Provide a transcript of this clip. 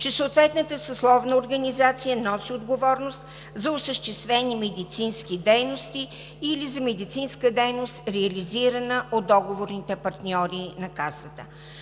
че съответната съсловна организация носи отговорност за осъществени медицински дейности или за медицинска дейност, реализирана от договорните партньори на Касата.